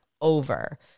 over